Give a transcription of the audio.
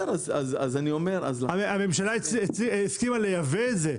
הממשלה הסכימה לייבא אותם.